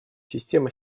система